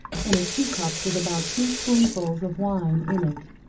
and a tea-cup with about two spoonfulls of wine in it.